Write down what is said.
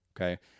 okay